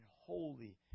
holy